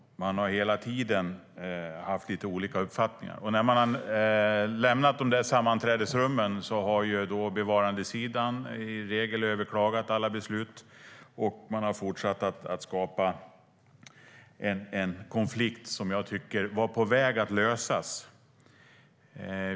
Man har hela tiden haft lite olika uppfattningar. När man har lämnat sammanträdesrummen har bevarandesidan i regel överklagat alla beslut, och man har fortsatt att skapa en konflikt som jag tycker var på väg att lösas.